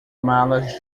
malas